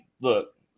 look